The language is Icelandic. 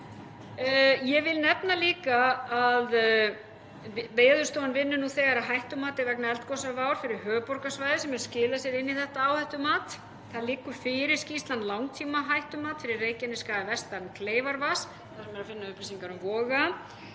Ég vil líka nefna það að Veðurstofan vinnur nú þegar að hættumati vegna eldgosavár fyrir höfuðborgarsvæðið sem mun skila sér inn í þetta áhættumat. Það liggur fyrir skýrsla um langtímahættumat fyrir Reykjanesskaga vestan Kleifarvatns þar sem er að finna upplýsingar um Voga.